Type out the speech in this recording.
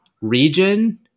region